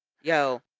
Yo